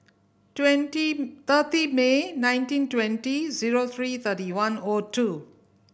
twenty thirty May nineteen twenty zero three thirty one O two